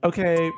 Okay